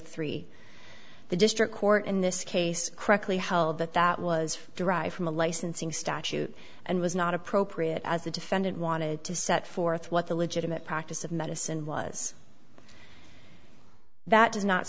three the district court in this case correctly held that that was derived from a licensing statute and was not appropriate as the defendant wanted to set forth what the legitimate practice of medicine was that does not